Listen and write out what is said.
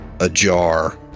ajar